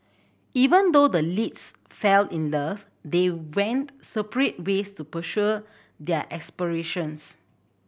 even though the leads fell in love they went separate ways to pursue their aspirations